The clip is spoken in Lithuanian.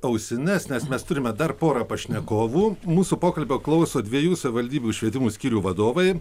ausines nes mes turime dar porą pašnekovų mūsų pokalbio klauso dviejų savivaldybių švietimo skyrių vadovai